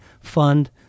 fund